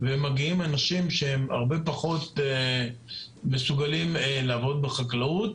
מגיעים אנשים שהם הרבה פחות מסוגלים לעבוד בחקלאות,